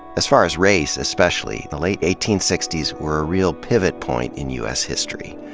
as far as race, especially, the late eighteen sixty s were a real pivot point in u s. history.